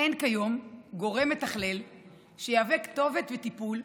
"אין כיום גורם מתכלל שיהווה כתובת וטיפול"